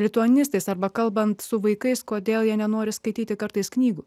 lituanistais arba kalbant su vaikais kodėl jie nenori skaityti kartais knygų